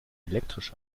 elektrisch